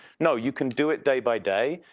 no, you can do it day by day,